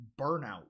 burnout